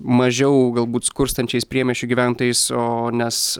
mažiau galbūt skurstančiais priemiesčių gyventojais o nes